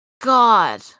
god